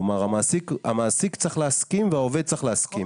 כלומר, המעסיק צריך להסכים והעובד צריך להסכים.